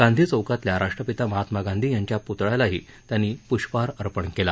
गांधी चौकातल्या राष्ट्रपिता महात्मा गांधी यांच्या प्रतळयालाही त्यांनी प्रष्पहार अर्पण केला